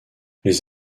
les